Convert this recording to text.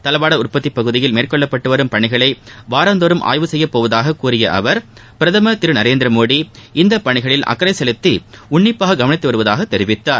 தளவாட உற்பத்தி பகுதியில் மேற்கொள்ளப்பட்டு வரும் பணிகளை வாரந்தோறும் செய்யப்போவதாக கூறிய அவர் பிரதமர் திரு நரேந்திரமோடி இந்த பணிகளில் அக்கறை செலுத்தி உன்னிப்பாக கவனித்து வருவதாக தெரிவித்தார்